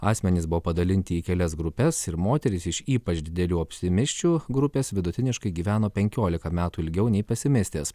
asmenys buvo padalinti į kelias grupes ir moterys iš ypač didelių optimisčių grupės vidutiniškai gyveno penkiolika metų ilgiau nei pesimistės